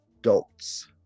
adults